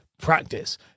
practice